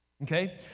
Okay